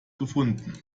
gefunden